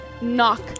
knock